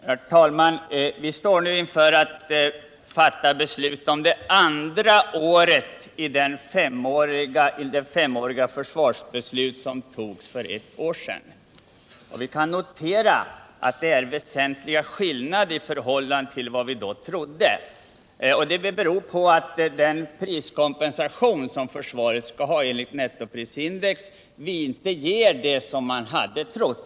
Herr talman! Vi står nu inför att fatta beslut om det andra året i det femåriga försvarsbeslut som togs för ett år sedan. Vi kan notera att det är väsentliga skillnader i förhållande till vad v: då trodde. Det beror på att den priskompensation som försvaret skall ha enligt nettoprisindex inte motsvarar reella kostnadsökningar.